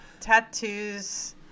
Tattoos